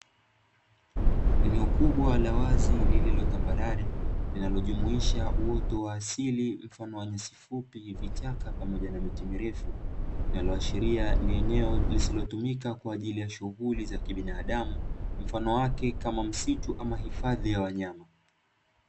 Eneo kubwa wazi lililotambalale linalojumisha uoto wa asili mfano wa nyasi fupi, vichaka pamoja na miti mirefu, linaloashiria ni eneo lisilotumika kwaajili ya shughuli ya kilimo wala kibinadmu mfano wake kama msitu au hifadhi ya wanyama.